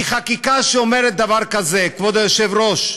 חקיקה שאומרת דבר כזה כבוד היושב-ראש,